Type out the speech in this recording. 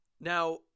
Now